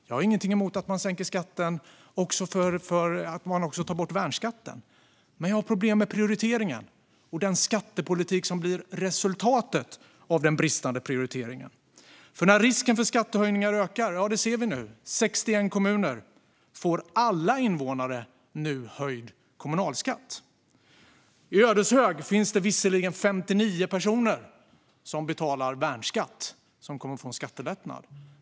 Jag har ingenting emot att man sänker skatten och inte heller att man tar bort värnskatten. Men jag har problem med prioriteringen och den skattepolitik som blir resultatet av den bristande prioriteringen. När risken för skattehöjningar ökar - vi ser det nu i 61 kommuner - får alla invånare höjd kommunalskatt. I Ödeshög finns det visserligen 59 personer som betalar värnskatt och som kommer att få en skattelättnad.